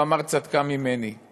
הוא אמר: "צדקה ממני";